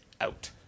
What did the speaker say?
out